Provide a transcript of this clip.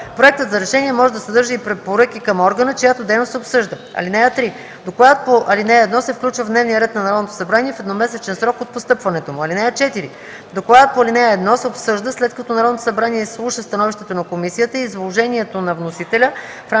Проектът за решение може да съдържа и препоръки към органа, чиято дейност се обсъжда. (3) Докладът по ал. 1 се включва в дневния ред на Народното събрание в едномесечен срок от постъпването му. (4) Докладът по ал. 1 се обсъжда, след като Народното събрание изслуша становището на комисията и изложението на вносителя в рамките